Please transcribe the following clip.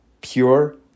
pure